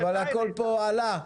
אבל הקול פה הועלה,